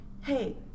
hey